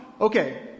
Okay